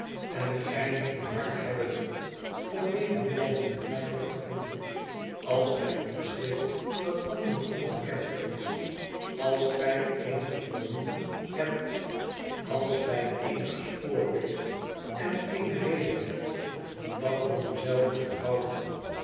en gij moet een hart hebben om medelijden met mij te gevoelen als gij iets weet dat anderen onbekend is als gij eenig vermoeden hebt als gij eenig spoor weet en eene reden hebt om dat voor u zelve te houden